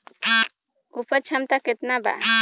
उपज क्षमता केतना वा?